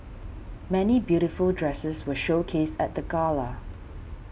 many beautiful dresses were showcased at the gala